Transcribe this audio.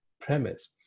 premise